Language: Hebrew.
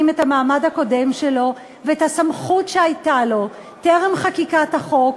את המעמד הקודם שהיה לו ואת הסמכות שהייתה לו טרם חקיקת החוק,